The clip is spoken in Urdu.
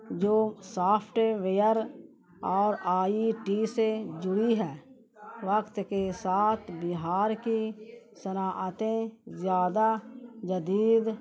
جو سافٹویئر اور آئی ٹی سے جڑی ہے وقت کے ساتھ بہار کی صنعتیں زیادہ جدید